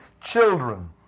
children